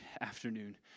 afternoon